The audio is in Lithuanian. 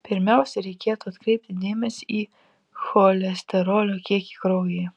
pirmiausiai reikėtų atkreipti dėmesį į cholesterolio kiekį kraujyje